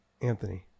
Anthony